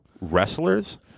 wrestlers